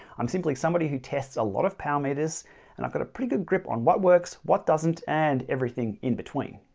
i'm simply somebody who tests a lot of power meters and i've got a pretty good grip on what works, what doesn't and everything in between.